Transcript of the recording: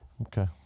okay